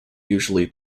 usually